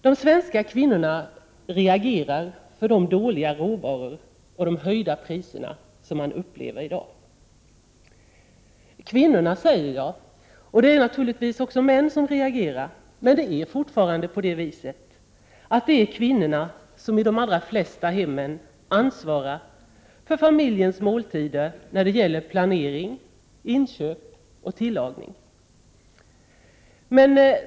De svenska kvinnorna reagerar i dag mot de dåliga råvarorna och de höjda priserna. ”Kvinnorna”, säger jag, men det är naturligtvis också män som reagerar. Men det är fortfarande kvinnorna som i de allra flesta hemmen ansvarar för familjens måltider när det gäller planering, inköp och tillagning.